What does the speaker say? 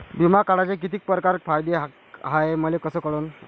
बिमा काढाचे कितीक परकारचे फायदे हाय मले कस कळन?